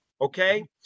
okay